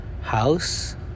house